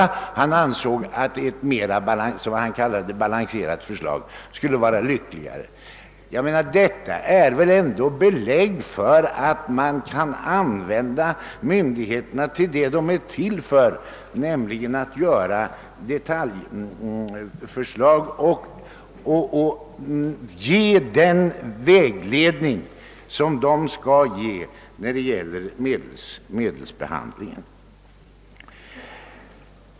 Han ansåg det vara lyckligare med ett mera balanserat förslag — som han kallade det. Detta är väl ändå belägg för att man bör använda myndigheterna till det som de är till för, nämligen att göra upp detaljförslag och ge den vägledning de kan ge när det gäller medlens användning.